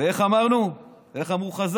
ואיך אמרו חז"ל?